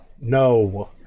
no